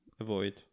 Avoid